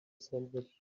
sandwich